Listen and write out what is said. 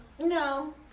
No